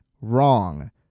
Wrong